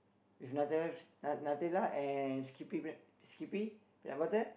with Nutella na~ Nutella and Skippy bread Skippy peanut-butter